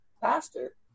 Faster